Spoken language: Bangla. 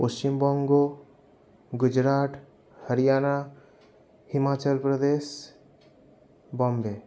পশ্চিমবঙ্গ গুজরাট হরিয়ানা হিমাচল প্রদেশ বম্বে